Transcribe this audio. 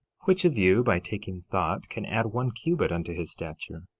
which of you by taking thought can add one cubit unto his stature?